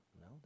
No